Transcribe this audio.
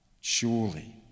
surely